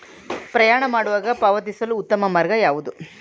ಪ್ರಯಾಣ ಮಾಡುವಾಗ ಪಾವತಿಸಲು ಉತ್ತಮ ಮಾರ್ಗ ಯಾವುದು?